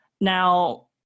Now